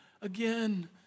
again